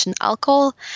alcohol